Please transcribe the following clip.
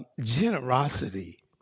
generosity